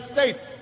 States